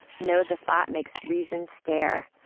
know the thought makes reason stare.